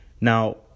Now